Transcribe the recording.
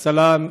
שלום,